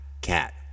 Cat